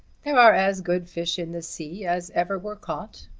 there are as good fish in the sea as ever were caught.